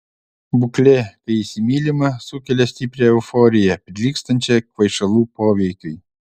būklė kai įsimylima sukelia stiprią euforiją prilygstančią kvaišalų poveikiui